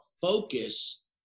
focus